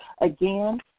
Again